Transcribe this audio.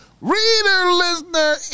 Reader-listener